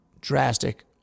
drastic